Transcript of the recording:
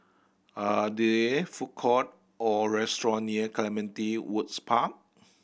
are there food court or restaurant near Clementi Woods Park